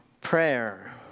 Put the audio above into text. Prayer